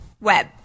web